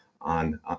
on